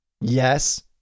Yes